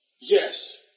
Yes